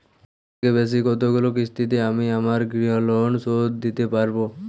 সবথেকে বেশী কতগুলো কিস্তিতে আমি আমার গৃহলোন শোধ দিতে পারব?